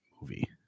movie